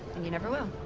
and you never will.